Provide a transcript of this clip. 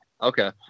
Okay